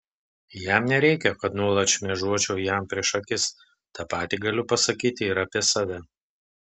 jam nereikia kad nuolat šmėžuočiau jam prieš akis tą patį galiu pasakyti ir apie save